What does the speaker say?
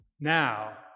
Now